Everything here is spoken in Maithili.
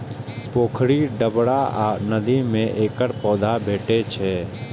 पोखरि, डबरा आ नदी मे एकर पौधा भेटै छैक